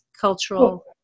cultural